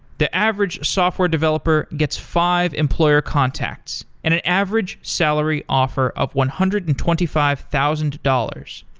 the average software developer gets five employer contacts and an average salary offer of one hundred and twenty five thousand dollars.